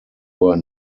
were